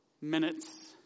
minutes